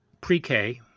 pre-K